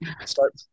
start